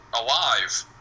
alive